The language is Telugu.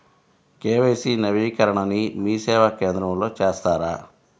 కే.వై.సి నవీకరణని మీసేవా కేంద్రం లో చేస్తారా?